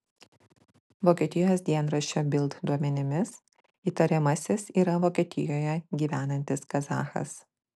vokietijos dienraščio bild duomenimis įtariamasis yra vokietijoje gyvenantis kazachas